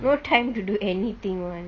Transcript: no time to do anything one